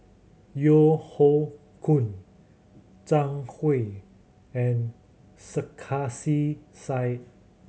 Yeo Hoe Koon Zhang Hui and Sarkasi Said